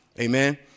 Amen